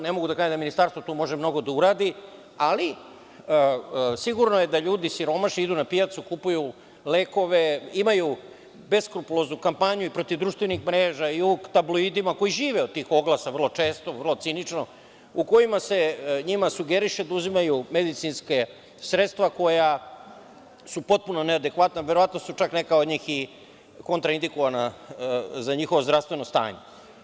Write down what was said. Ne mogu da kažem da Ministarstvo tu može mnogo da uradi, ali sigurno je da siromašni ljudi idu na pijacu, kupuju lekove, imaju beskrupuloznu kampanju i protiv društvenih mreža i u tabloidima koji žive od tih oglasa vrlo često, vrlo cinično, u kojima se njima sugeriše da uzimaju medicinska sredstva koja su potpuno neadekvatna, a verovatno su čak neka od njih i kontraindikovana za njihovo zdravstveno stanje.